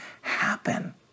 happen